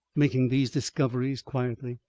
making these discoveries quietly,